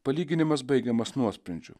palyginimas baigiamas nuosprendžiu